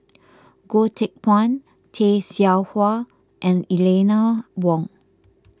Goh Teck Phuan Tay Seow Huah and Eleanor Wong